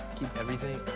everything.